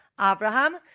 Abraham